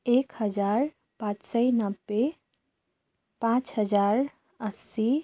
एक हजार पाँच सय नब्बे पाँच हजार असी